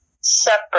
separate